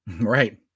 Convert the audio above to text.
right